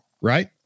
right